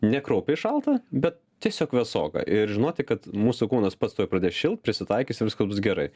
ne kraupiai šalta bet tiesiog vėsoka ir žinoti kad mūsų kūnas pats tuoj pradės šilt prisitaikys ir viskas bus gerai